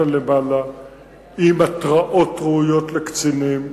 מלמטה למעלה עם התרעות ראויות לקצינים,